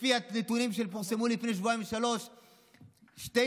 לפי הנתונים שפורסמו לפני שבועיים ושלושה שבועות.